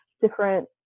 different